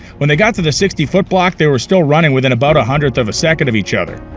when they got to the sixty foot block they were still running within about a hundredth of a second of each other.